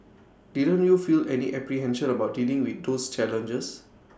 didn't you feel any apprehension about dealing with those challenges